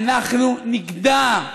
אנחנו נגדע.